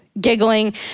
giggling